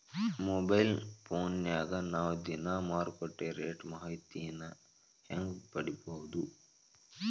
Mobile ಫೋನ್ಯಾಗ ನಾವ್ ದಿನಾ ಮಾರುಕಟ್ಟೆ ರೇಟ್ ಮಾಹಿತಿನ ಹೆಂಗ್ ಪಡಿಬೋದು?